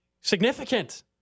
significant